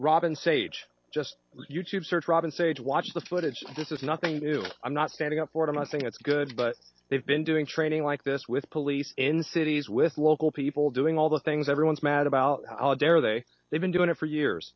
robin sage just youtube search robin sage watch the footage this is nothing new i'm not standing up for them i think it's good but they've been doing training like this with police in cities with local people doing all the things everyone's mad about how dare they they've been doing it for years